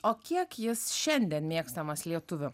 o kiek jis šiandien mėgstamas lietuvių